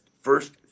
first